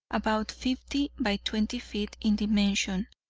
about fifty by twenty feet in dimension,